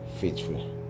faithful